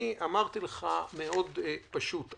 אמרתי לך מאוד פשוט,